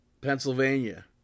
Pennsylvania